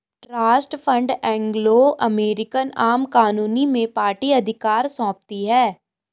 trust fund Anglo American आम कानून में पार्टी अधिकार सौंपती है